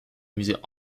musée